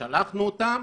שלחנו אותם,